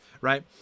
right